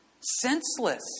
senseless